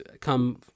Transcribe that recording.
come